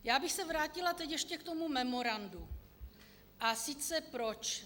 Já bych se vrátila teď ještě k tomu memorandu a sice proč?